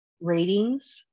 ratings